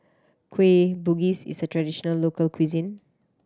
Kueh Bugis is a traditional local cuisine